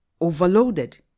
overloaded